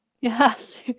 Yes